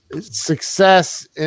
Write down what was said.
success